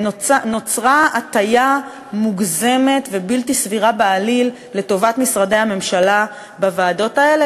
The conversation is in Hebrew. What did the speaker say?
נוצרה הטיה מוגזמת ובלתי סבירה בעליל לטובת משרדי הממשלה בוועדות האלה,